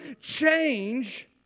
change